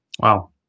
Wow